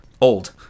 old